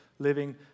living